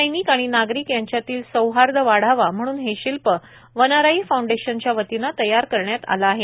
सैनिक आणि नागरिक यांच्यातील सौहार्द वाढावा म्हणून हे शिल्प वनराई फाऊंडेशनच्या वतीनं तयार करण्यात आले आहे